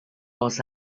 los